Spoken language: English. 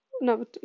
No